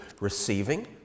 receiving